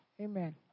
Amen